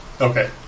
Okay